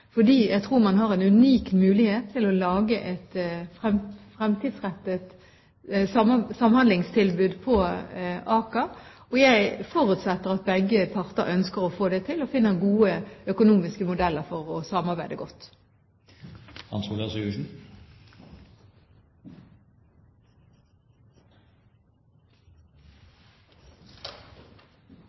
jeg tror man har en unik mulighet til å lage et fremtidsrettet samhandlingstilbud på Aker. Jeg forutsetter at begge parter ønsker å få det til og finner gode økonomiske modeller for å samarbeide